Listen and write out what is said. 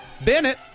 Bennett